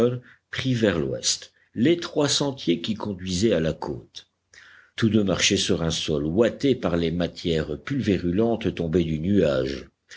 prit vers l'ouest l'étroit sentier qui conduisait à la côte tous deux marchaient sur un sol ouaté par les matières pulvérulentes tombées du nuage